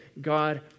God